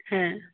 হ্যাঁ